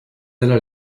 della